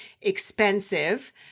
Expensive